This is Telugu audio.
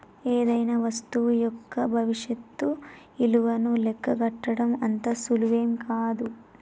ఏదైనా వస్తువు యొక్క భవిష్యత్తు ఇలువను లెక్కగట్టడం అంత సులువేం గాదు